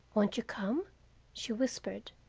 won't you come she whispered,